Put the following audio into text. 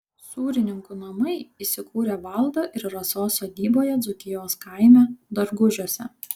sūrininkų namai įsikūrę valdo ir rasos sodyboje dzūkijos kaime dargužiuose